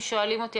אם שואלים אותי,